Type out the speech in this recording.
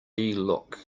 look